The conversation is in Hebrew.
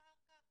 הדס אגמון,